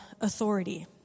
authority